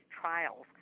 trials